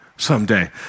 Someday